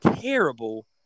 Terrible